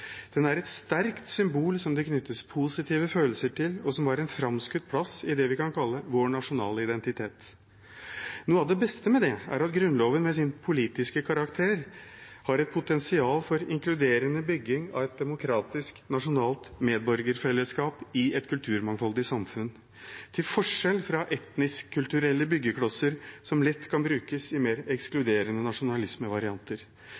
Den er et sterkt symbol som det knyttes positive følelser til, og som har en framskutt plass i det vi kan kalle vår nasjonale identitet. Noe av det beste med det er at Grunnloven med sin politiske karakter har et potensial for inkluderende bygging av et demokratisk, nasjonalt medborgerfellesskap i et kulturmangfoldig samfunn – til forskjell fra etnisk-kulturelle byggeklosser, som lett kan brukes i mer